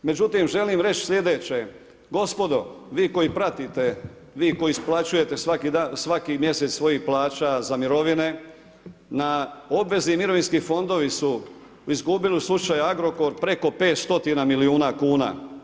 Međutim, želim reći sljedeće, gospodo, vi koji pratite, vi koji isplaćujete svaki mjesec svojih plaća za mirovine, na obvezi mirovinski fondovi su izgubili u slučaju Agrokor, preko 5 stotina milijuna kuna.